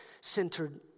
centered